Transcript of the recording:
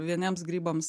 vieniems grybams